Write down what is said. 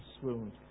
swooned